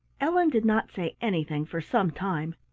ellen did not say anything for some time,